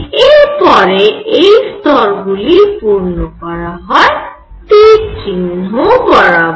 এরপরে এই স্তরগুলি পূর্ণ করা হয় তীর চিহ্ন বরাবর